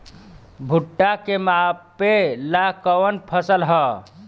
भूट्टा के मापे ला कवन फसल ह?